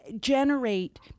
generate